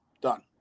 Done